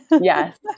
Yes